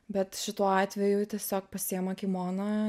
bet šituo atveju tiesiog pasiima kimoną